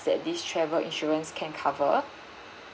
that this travel insurance can cover